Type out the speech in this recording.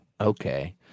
okay